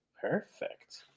Perfect